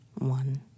One